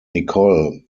nicole